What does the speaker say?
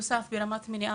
ברמת המליאה,